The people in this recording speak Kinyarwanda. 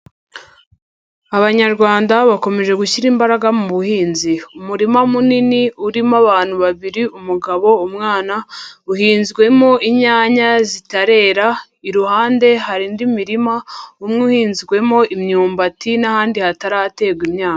Abanyarwanda bakomeje gushyira imbaraga mu buhinzi. Umurima munini urimo abantu babiri umugabo, umwana uhinzwemo inyanya zitarera, iruhande hari indi mirima umwe uhinzwemo imyumbati, n'ahandi hataraterwa imyaka.